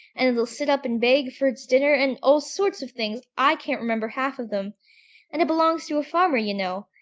and it'll sit up and beg for its dinner, and all sorts of things i can't remember half of them and it belongs to a farmer, you know,